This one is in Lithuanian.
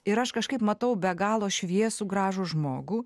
ir aš kažkaip matau be galo šviesų gražų žmogų